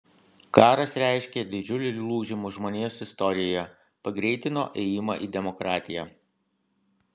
karas reiškė didžiulį lūžį žmonijos istorijoje pagreitino ėjimą į demokratiją